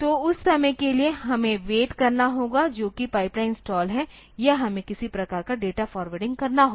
तो उस समय के लिए हमें वेट करना होगा जो कि पाइपलाइन स्टाल है या हमें किसी प्रकार का डेटा फॉरवार्डिंग करना होगा